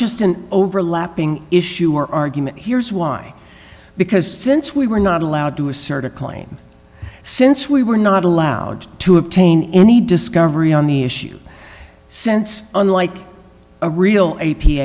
just an overlapping issue or argument here's why because since we were not allowed to assert a claim since we were not allowed to obtain any discovery on the issue since unlike a real a p